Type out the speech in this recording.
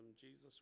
Jesus